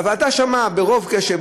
והוועדה שמעה רוב קשב.